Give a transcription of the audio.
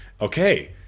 okay